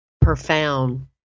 profound